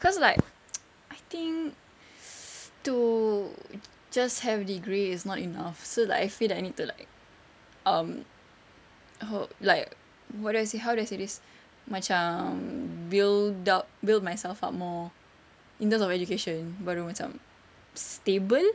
cause like I think to just have degree is not enough so like I feel like I need to like um oh like what do I say how do I say this macam build up build myself up more in terms of education baru macam stable